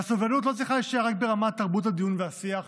והסובלנות לא צריכה להישאר רק ברמת תרבות הדיון והשיח,